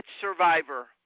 survivor